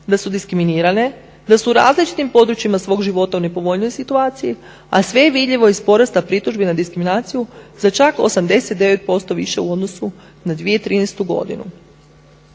da su diskriminirane, da su u različitim područjima svog života u nepovoljnijoj situaciju, a sve je vidljivo iz porasta pritužbe na diskriminaciju za čak 89% više u odnosu na 2013.godinu.